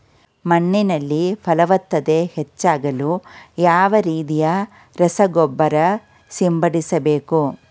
ಮಣ್ಣಿನಲ್ಲಿ ಫಲವತ್ತತೆ ಹೆಚ್ಚಾಗಲು ಯಾವ ರೀತಿಯ ರಸಗೊಬ್ಬರ ಸಿಂಪಡಿಸಬೇಕು?